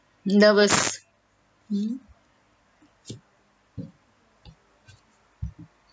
nervous mm